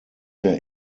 der